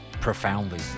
profoundly